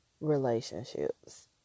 relationships